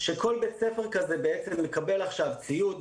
שכל בית ספר כזה בעצם מקבל עכשיו ציוד,